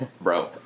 Bro